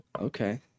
okay